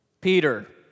Peter